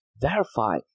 verify